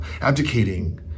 abdicating